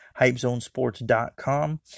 HypeZoneSports.com